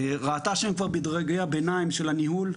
ראתה שהם כבר בדרגי הביניים של הניהול,